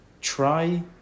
Try